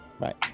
Right